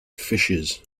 fishes